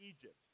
Egypt